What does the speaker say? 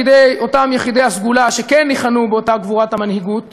בידי אותם יחידי הסגולה שכן ניחנו באותה גבורת המנהיגות